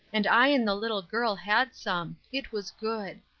and i and the little girl had some it was good.